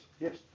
yes